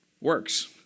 works